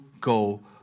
go